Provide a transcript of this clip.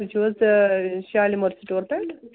تُہۍ چھُو حظ شالمور سِٹور پٮ۪ٹھ